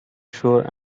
sure